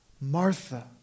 Martha